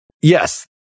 Yes